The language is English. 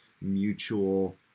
mutual